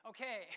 Okay